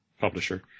publisher